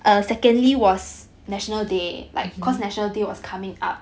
mmhmm